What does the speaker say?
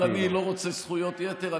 תודה, אבל אני לא רוצה זכויות יתר.